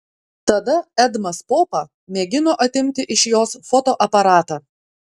tada edmas popa mėgino atimti iš jos fotoaparatą